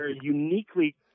uniquely